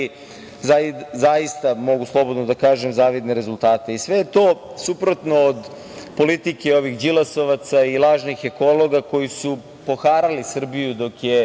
zaista, mogu slobodno da kažem, zavidne rezultate. Sve je to suprotno od politike ovih Đilasovaca i lažnih ekologa koji su poharali Srbiju dok je